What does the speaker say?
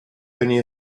only